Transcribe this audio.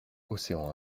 océan